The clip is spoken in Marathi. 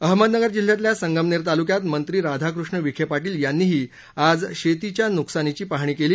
अहमदनगर जिल्ह्यातल्या संगमनेर तालुक्यात मंत्री राधाकृष्ण विखे पाटील यांनीही आज शेतीच्या नुकसानीची पाहणी केली